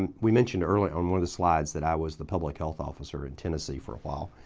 and we mentioned earlier on one of the slides that i was the public health officer in tennessee for a while.